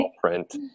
print